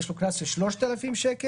מוטל עליו קנס של 3,000 ש"ח,